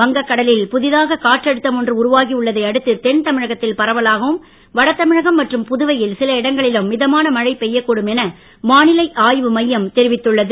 வங்கக் கடலில் புதிதாக காற்றழுத்தம் ஒன்று உருவாகி உள்ளதை அடுத்து தென்தமிழகத்தில் பரவலாகவும் வடதமிழகம் மற்றும் புதுவையில் சில இடங்களிலும் மிதமான மழை பெய்யக்கூடும் என வானிலை ஆய்வு மையம் தெரிவித்துள்ளது